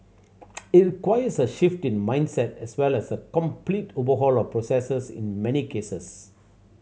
it requires a shift in mindset as well as a complete overhaul of processes in many cases